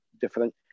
different